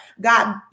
God